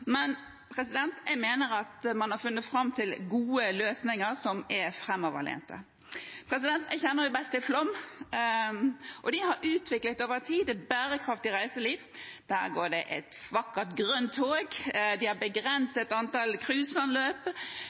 men jeg mener at man har funnet fram til gode løsninger som er framoverlent. Jeg kjenner best til Flåm. De har over tid utviklet et bærekraftig reiseliv. Der går det et vakkert grønt tog, de har begrenset antall